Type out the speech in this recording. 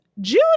June